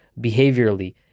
behaviorally